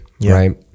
right